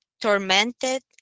tormented